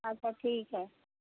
अच्छा ठीक हइ